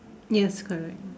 yes correct